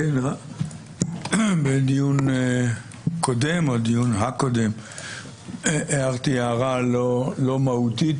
בדיון הקודם הערתי הערה לא מהותית